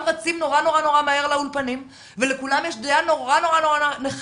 רצים נורא מהר לאולפנים ולכולם יש דעה נורא נחרצת,